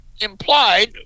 implied